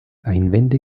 einwände